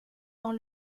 dans